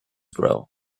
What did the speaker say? grow